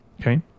Okay